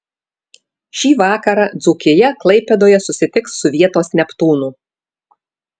šį vakarą dzūkija klaipėdoje susitiks su vietos neptūnu